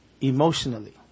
emotionally